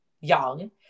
young